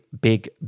big